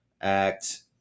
act